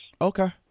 Okay